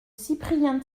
cyprien